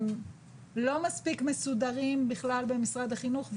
הם לא מספיק מסודרים בכלל במשרד החינוך,